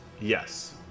Yes